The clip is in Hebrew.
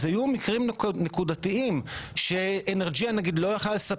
אז היו מקרים נקודתיים ש-Energean לא יכלה לספק,